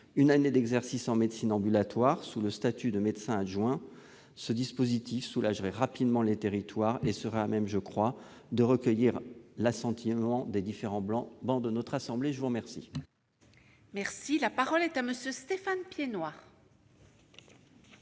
une année d'exercice en médecine ambulatoire, sous le statut de médecin adjoint. Ce dispositif soulagerait rapidement les territoires et serait à même, me semble-t-il, de recueillir l'assentiment des différentes travées de notre assemblée. La parole est à M. Stéphane Piednoir,